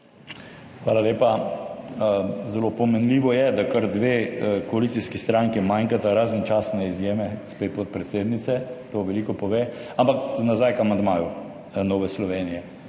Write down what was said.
Hvala lepa. Zelo pomenljivo je, da kar dve koalicijski stranki manjkata, razen častne izjeme gospe podpredsednice. To veliko pove. Ampak nazaj k amandmaju Nove Slovenije.